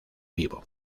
vivo